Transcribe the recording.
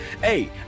Hey